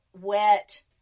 wet